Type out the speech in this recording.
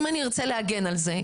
אם אני ארצה להגן על זה,